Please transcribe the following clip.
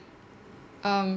um